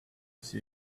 see